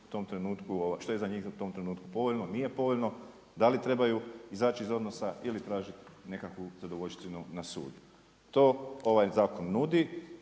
što je za njih u tom trenutku povoljno, nije povoljno, da li trebaju izaći iz odnosa ili tražiti nekakvu zadovoljštinu na sudu. To ovaj zakon nudi